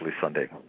Sunday